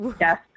Yes